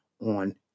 on